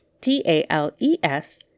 T-A-L-E-S